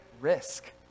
risk